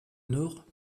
nord